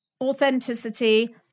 authenticity